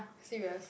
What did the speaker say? serious